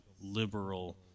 liberal